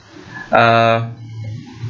uh